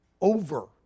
over